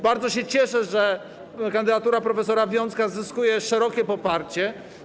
Bardzo się cieszę, że kandydatura prof. Wiącka zyskuje szerokie poparcie.